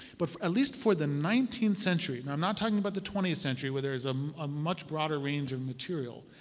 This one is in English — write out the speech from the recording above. but at least for the nineteenth century now and i'm not talking about the twentieth century where there is um a much broader range of material.